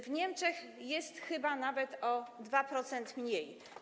W Niemczech jest chyba nawet o 2% mniej.